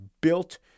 built